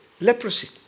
leprosy